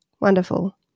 Wonderful